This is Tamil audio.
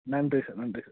நன்றி சார் நன்றி சார்